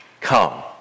come